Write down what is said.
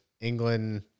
England